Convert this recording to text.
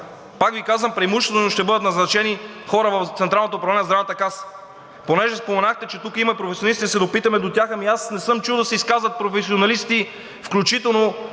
Пак Ви казвам, преимуществено ще бъдат назначени хора в Централното управление на Здравната каса. Понеже споменахте, че тук има професионалисти и да се допитаме до тях. Аз не съм чул да се изказват професионалисти, включително